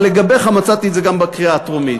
אבל לגביך, מצאתי את זה גם בקריאה הטרומית.